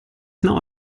not